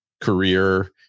career